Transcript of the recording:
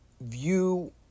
view